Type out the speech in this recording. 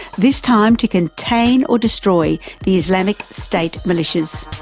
this time to contain or destroy the islamic state militias.